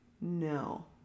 No